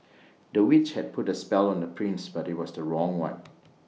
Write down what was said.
the witch had put A spell on the prince but IT was the wrong one